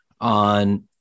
on